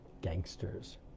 gangsters